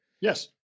Yes